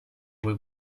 vuoi